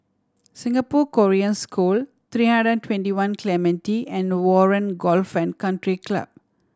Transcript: Singapore Korean School Three Hundred And Twenty One Clementi and Warren Golf and Country Club